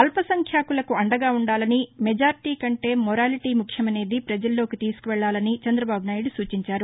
అల్పసంఖ్యాకులకు అండగా ఉండాలని సంఖ్యాబలం కంటే నిజాయితీ ముఖ్యమనేది పజల్లోకి తీసుకెళ్ళాలని చంద్రబాబు నాయుడు సూచించారు